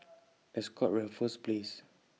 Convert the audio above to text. Ascott Raffles Place